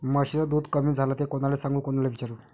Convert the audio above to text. म्हशीचं दूध कमी झालं त कोनाले सांगू कोनाले विचारू?